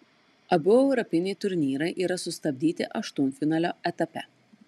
abu europiniai turnyrai yra sustabdyti aštuntfinalio etape